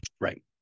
Right